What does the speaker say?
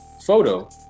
photo